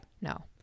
No